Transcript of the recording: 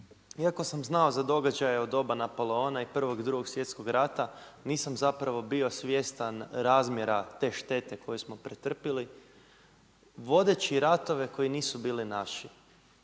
iako sam znao za događaje u doba Napoleona i Prvog i Drugog svjetskog rata, nisam zapravo bio svjestan razmjera te štete koju smo pretrpjeli, vodeći ratove koji nisu bili naši.